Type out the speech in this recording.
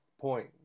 point